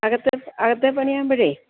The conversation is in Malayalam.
അകത്തെ അകത്തെ പണിയാകുമ്പഴേ